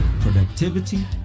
productivity